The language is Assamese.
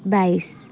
বাইছ